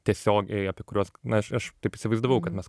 tiesiogiai apie kuriuos na aš aš taip įsivaizdavau kad mes